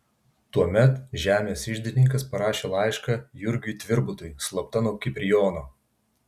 tuomet žemės iždininkas parašė laišką jurgiui tvirbutui slapta nuo kiprijono